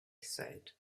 said